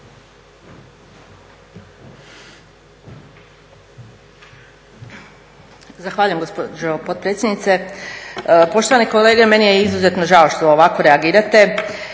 Zahvaljujem gospođo potpredsjednice. Poštovani kolege, meni je izuzetno žao što ovako reagirate.